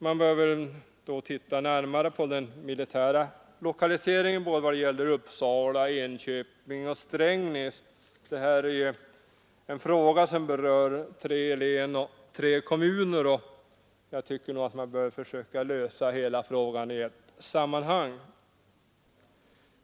Man bör då titta närmare på den militära lokaliseringen i vad gäller såväl Uppsala och Enköping som Strängnäs. Det här är en fråga som berör tre län och tre kommuner, och jag tycker man bör försöka lösa hela frågan i ett sammanhang.